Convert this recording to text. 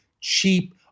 cheap